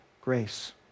grace